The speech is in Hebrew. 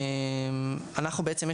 בעצם,